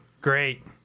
great